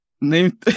Name